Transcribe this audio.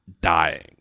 dying